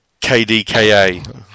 KDKA